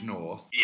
North